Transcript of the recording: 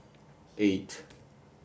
eight